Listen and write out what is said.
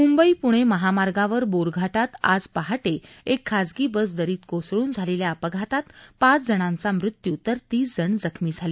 मुंबई पणे महामार्गावर बोरघाटात आज पहाटे एक खाजगी बस दरीत कोसळून झालेल्या अपघातात पाच जणांचा मृत्यू तर तीस जण जखमी झाले